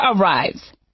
arrives